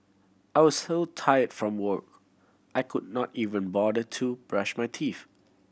I was so tired from work I could not even bother to brush my teeth